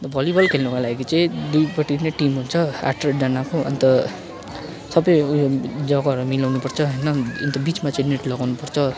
अन्त भलिबल खेल्नुको लागि चाहिँ दुईपट्टि नै टिम हुन्छ आठ आठजनाको अन्त सबै ऊ यो जग्गाहरू मिलाउनु पर्छ होइन अन्त बिचमा चाहिँ नेट लगाउनु पर्छ